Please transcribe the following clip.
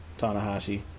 Tanahashi